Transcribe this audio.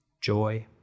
joy